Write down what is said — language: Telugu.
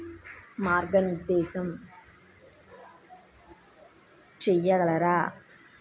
మార్గనిర్దేశం చేయగలరా